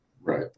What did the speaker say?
Right